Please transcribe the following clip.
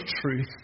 truth